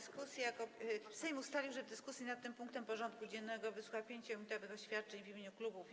Sejm ustalił, że w dyskusji nad tym punktem porządku dziennego wysłucha 5-minutowych oświadczeń w imieniu klubów i kół.